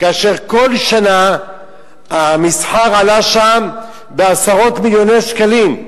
כאשר כל שנה המסחר עלה שם בעשרות מיליוני שקלים.